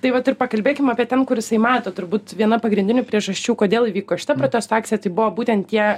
tai vat ir pakalbėkim apie ten kur jisai mato turbūt viena pagrindinių priežasčių kodėl įvyko ši protesto akcija tai buvo būtent tie